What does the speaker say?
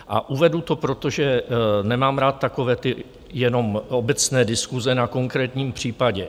A uvedu to proto, že nemám rád takové ty jenom obecné diskuse, na konkrétním případě.